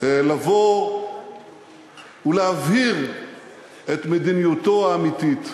לבוא ולהבהיר את מדיניותו האמיתית.